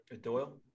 Doyle